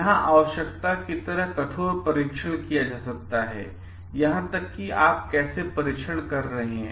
यहां आवश्यकता की तरह कठोर परीक्षण किया जा सकता है और यहां तक कि आप कैसे परीक्षण कर रहे हैं